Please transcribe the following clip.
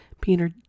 Peter